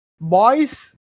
Boys